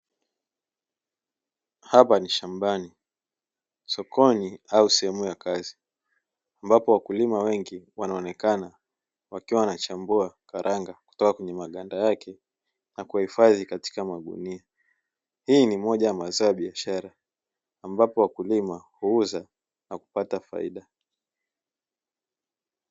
Hapa ni shambani, sokoni au sehemu ya kazi ambapo wakulima wengi wanaonekana wakiwa wanachambua karanga kutoka kwenye maganda yake na kuhifandi katika magunia yake, hii ni moja ya mazao ya biashara ambapo wakulima huuza na kupata faida.